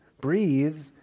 breathe